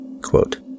Quote